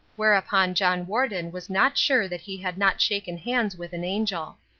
whereupon john warden was not sure that he had not shaken hands with an angel.